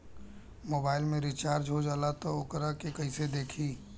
Mobile में recharge हो जाला त वोकरा के कइसे देखी?